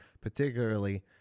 particularly